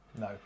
no